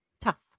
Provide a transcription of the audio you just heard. tough